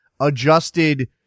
adjusted